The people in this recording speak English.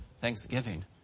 thanksgiving